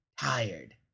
tired